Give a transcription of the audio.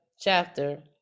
chapter